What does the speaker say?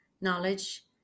knowledge